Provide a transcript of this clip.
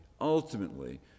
ultimately